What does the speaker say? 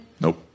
Nope